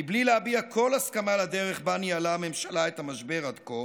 מבלי להביע כל הסכמה לדרך שבה ניהלה הממשלה את המשבר עד כה,